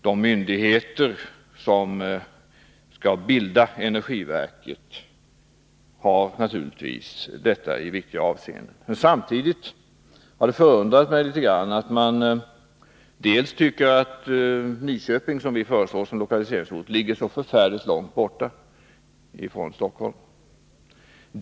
De myndigheter som skall bilda energiverket har naturligtvis detta i viktiga avseenden. Men samtidigt har det förundrat mig litet grand att man tycker att Nyköping, som centern föreslår som lokaliseringsort, ligger så förfärligt långt bort från Stockholm.